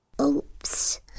Oops